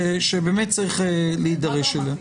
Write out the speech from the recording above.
שבאמת צריך להידרש אליה.